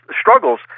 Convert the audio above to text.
struggles